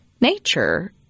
nature